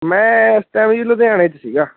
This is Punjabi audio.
ਮੈਂ ਇਸ ਟਾਈਮ ਜੀ ਲੁਧਿਆਣੇ 'ਚ ਸੀਗਾ